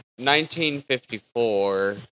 1954